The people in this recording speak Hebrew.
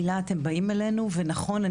בלהה אתם באים אלינו ונכון,